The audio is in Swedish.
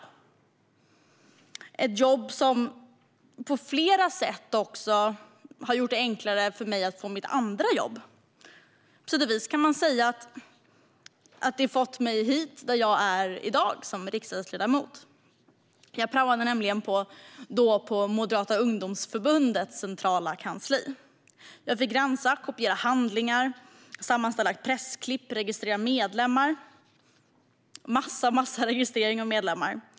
Det var ett jobb som på flera sätt också gjorde det enklare för mig att få mitt andra jobb. På sätt och vis kan man säga att det har fått mig hit där jag är i dag som riksdagsledamot. Jag praoade nämligen på Moderata ungdomsförbundets centrala kansli. Jag fick rensa, kopiera handlingar, sammanställa pressklipp och registrera en mängd medlemmar.